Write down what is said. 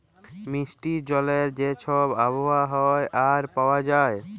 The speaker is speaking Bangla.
মিষ্টি জলের যে ছব আবহাওয়া হ্যয় আর পাউয়া যায়